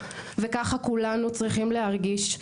וככה כולנו צריכים להרגיש,